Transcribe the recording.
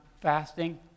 fasting